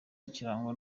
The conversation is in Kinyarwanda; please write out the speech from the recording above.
kirangwa